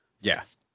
yes